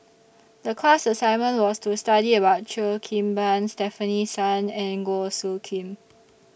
The class assignment was to study about Cheo Kim Ban Stefanie Sun and Goh Soo Khim